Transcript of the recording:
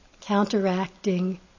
counteracting